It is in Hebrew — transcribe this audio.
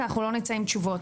כי אנחנו לא נצא עם תשובות.